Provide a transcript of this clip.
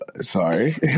Sorry